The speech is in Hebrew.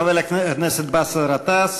חבר הכנסת באסל גטאס,